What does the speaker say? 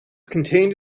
contained